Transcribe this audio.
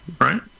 right